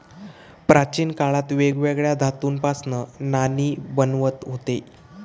प्राचीन काळात वेगवेगळ्या धातूंपासना नाणी बनवत हुते